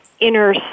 inner